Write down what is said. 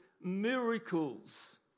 miracles